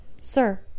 sir